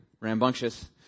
rambunctious